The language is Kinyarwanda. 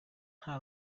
nta